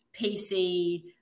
PC